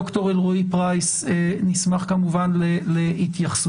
ד"ר אלרעי-פרייס, אני אשמח כמובן להתייחסותך,